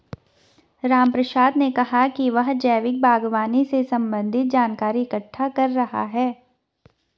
रामप्रसाद ने कहा कि वह जैविक बागवानी से संबंधित जानकारी इकट्ठा कर रहा है